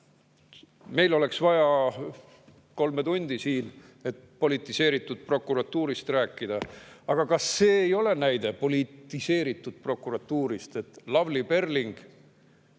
Meil oleks vaja kolme tundi siin, et politiseeritud prokuratuurist rääkida. Aga kas see ei ole näide politiseeritud prokuratuurist, et Lavly Perling,